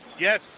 Yes